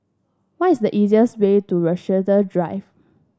what is the easiest way to Rochester Drive